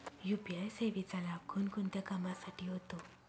UPI सेवेचा लाभ कोणकोणत्या कामासाठी होतो?